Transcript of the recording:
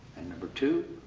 and number two,